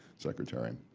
secretary.